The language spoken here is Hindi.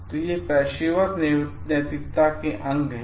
तो ये पेशेवर नैतिकता के अंग हैं